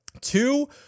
two